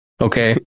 Okay